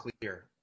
clear